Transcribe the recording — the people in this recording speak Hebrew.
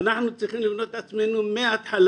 אנחנו צריכים לבנות את עצמנו מהתחלה.